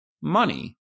money